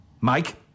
Mike